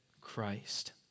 Christ